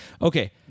Okay